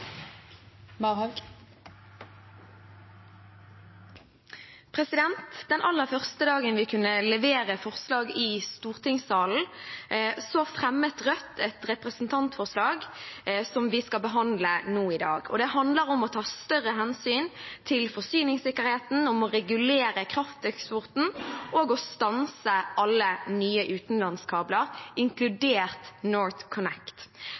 over. Den aller første dagen vi kunne levere forslag i stortingssalen, fremmet Rødt et representantforslag som vi skal behandle nå i dag. Det handler om å ta større hensyn til forsyningssikkerheten, om å regulere krafteksporten og om å stanse alle nye utenlandskabler,